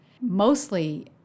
mostly